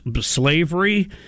slavery